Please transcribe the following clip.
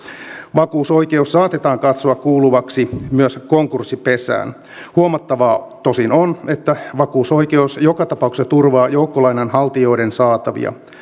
vakuusoikeus saatetaan katsoa kuuluvaksi myös konkurssipesään huomattavaa tosin on että vakuusoikeus joka tapauksessa turvaa joukkolainanhaltijoiden saatavia